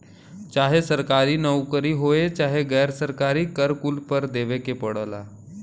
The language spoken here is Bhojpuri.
चाहे सरकारी नउकरी होये चाहे गैर सरकारी कर कुल पर देवे के पड़ला